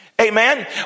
Amen